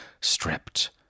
stripped